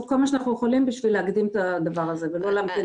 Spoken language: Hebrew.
כל מה שאנחנו יכולים בשביל להקדים את הדבר הזה ולא להמתין